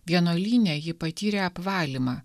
vienuolyne ji patyrė apvalymą